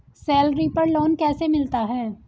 Salary पर loan कैसे मिलता है?